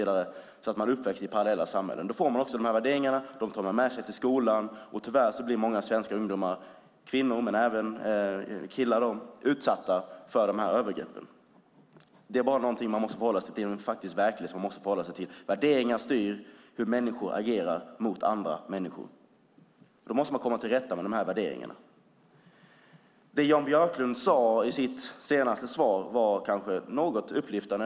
Därmed växer de upp i ett parallellt samhälle. Då får man också dessa värderingar, och dem tar man med sig till skolan. Tyvärr blir många svenska ungdomar - kvinnor och även killar - utsatta för de här övergreppen. Det är en verklighet man måste förhålla sig till. Värderingar styr hur människor agerar mot andra människor, och dessa värderingar måste man komma till rätta med. Det Jan Björklund sade i sitt senaste inlägg var något upplyftande.